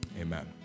Amen